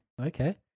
Okay